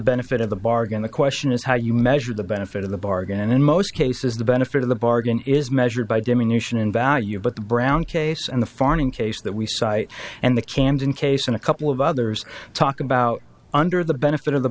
benefit of the bargain the question is how you measure the benefit of the bargain and in most cases the benefit of the bargain is measured by diminution in value but the brown case and the farming case that we cite and the camden case in a couple of others talk about under the benefit of the